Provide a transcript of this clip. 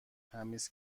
تمیز